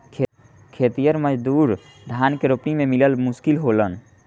खेतिहर मजूर धान के रोपनी में मिलल मुश्किल होलन